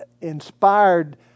inspired